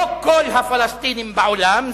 לא כל הפלסטינים בעולם,